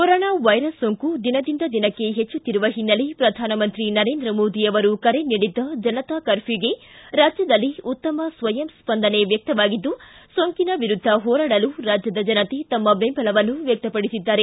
corona virus ಸೋಂಕು ದಿನದಿಂದ ದಿನಕ್ಕೆ ಹೆಚ್ಚುತ್ತಿರುವ ಹಿನ್ನೆಲೆ ಪ್ರಧಾನಮಂತ್ರಿ ನರೇಂದ್ರ ಮೋದಿ ಅವರು ಕರೆ ನೀಡಿದ್ದ ಜನತಾ ಕರ್ಘ್ಯೂಗೆ ರಾಜ್ಯದಲ್ಲಿ ಉತ್ತಮ ಸ್ವಯಂ ಸ್ಪಂದನೆ ವ್ಯಕ್ತವಾಗಿದ್ದು ಸೋಂಕಿನ ವಿರುದ್ದ ಹೋರಾಡಲು ರಾಜ್ಯದ ಜನತೆ ತಮ್ಮ ಬೆಂಬಲವನ್ನು ವ್ಯಕ್ತಪಡಿಸಿದ್ದಾರೆ